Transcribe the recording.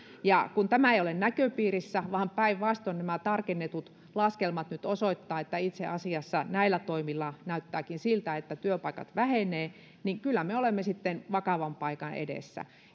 ja kun tämä ei ole näköpiirissä vaan päinvastoin nämä tarkennetut laskelmat nyt osoittavat että itse asiassa näillä toimilla näyttääkin siltä että työpaikat vähenevät niin kyllä me olemme vakavan paikan edessä